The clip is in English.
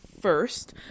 first